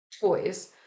toys